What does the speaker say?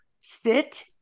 sit